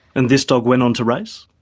and this dog went on to race?